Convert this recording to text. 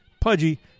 pudgy